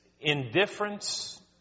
indifference